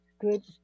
Good